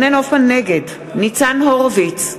נגד ניצן הורוביץ,